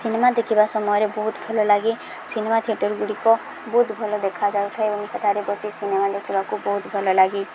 cinema ଦେଖିବା ସମୟରେ ବହୁତ ଭଲ ଲାଗେ ସିନେମା ଥିଏଟର୍ଗୁଡ଼ିକ ବହୁତ ଭଲ ଦେଖା ଯାଉଥାଏ ଏବଂ ସେଠାରେ ବସି ସିନେମା ଦେଖିବାକୁ ବହୁତ ଭଲ ଲାଗେ